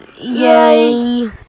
yay